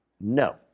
No